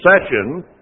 session